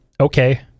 okay